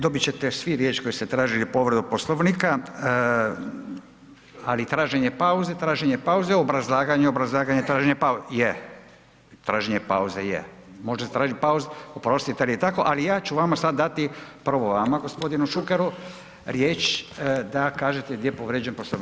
Dobit će te svi riječ koji ste tražili povredu Poslovnika, ali traženje pauze-traženje pauze, obrazlaganje-obrazlaganje, traženje pauze, je, traženje pauze je, možete tražiti pauzu, oprostite al' je tako, ali ja ću vama sad dati, prvo vama gospodinu Šukeru, riječ da kažete gdje je povrijeđen Poslovnik.